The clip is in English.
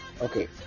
Okay